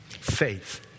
Faith